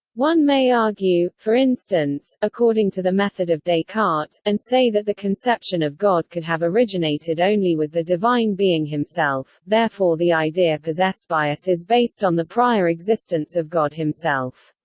one may argue, for instance, according to the method of descartes, and say that the conception of god could have originated only with the divine being himself, therefore the idea possessed by us is based on the prior existence of god himself.